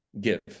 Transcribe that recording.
give